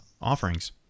offerings